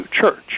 Church